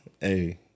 hey